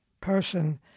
person